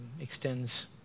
extends